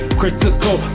critical